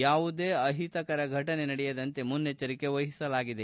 ಯಾವುದೇ ಅಹಿತಕರ ಫಟನೆ ನಡೆಯದಂತೆ ಮುನ್ನೆಚ್ಚರಿಕೆ ವಹಿಸಲಾಗಿದೆ